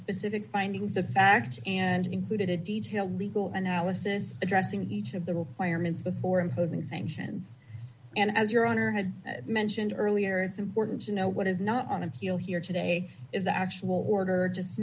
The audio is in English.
specific findings of fact and included a detail legal analysis addressing each of the requirements before imposing sanctions and as your honor had mentioned earlier it's important to know what is not on appeal here today is the actual order just